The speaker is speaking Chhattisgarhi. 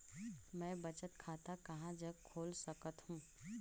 मैं बचत खाता कहां जग खोल सकत हों?